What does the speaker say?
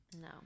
No